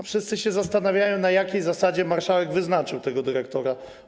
Wszyscy się zastanawiają, na jakiej zasadzie marszałek wyznaczył tego dyrektora.